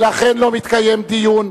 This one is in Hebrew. ולכן לא מתקיים דיון.